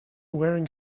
wearing